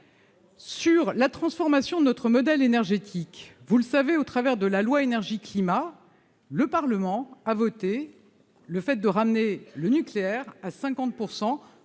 la transformation de notre modèle énergétique, vous le savez, en votant la loi Énergie-climat, le Parlement a décidé de ramener le nucléaire à 50